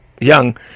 young